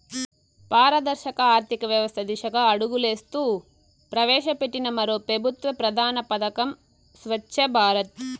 పారదర్శక ఆర్థికవ్యవస్త దిశగా అడుగులేస్తూ ప్రవేశపెట్టిన మరో పెబుత్వ ప్రధాన పదకం స్వచ్ఛ భారత్